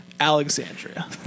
Alexandria